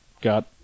got